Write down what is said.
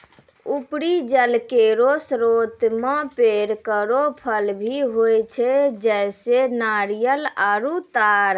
उपरी जल केरो स्रोत म पेड़ केरो फल भी होय छै, जैसें नारियल आरु तार